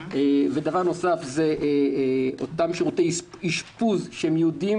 דבר נוסף הוא אותם שירותי אשפוז שמיועדים